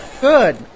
Good